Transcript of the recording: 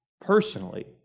personally